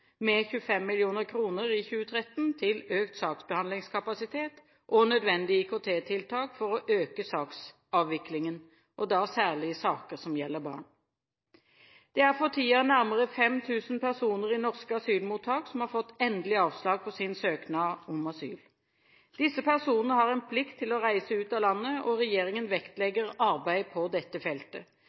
med 25 mill. kr i 2013 til økt saksbehandlingskapasitet og nødvendige IKT-tiltak for å øke saksavviklingen, særlig i saker som gjelder barn. Det er for tiden nærmere 5 000 personer i norske asylmottak som har fått endelig avslag på sin søknad om asyl. Disse personene har en plikt til å reise ut av landet, og regjeringen vektlegger arbeid på dette feltet.